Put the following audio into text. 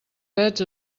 pets